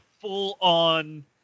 full-on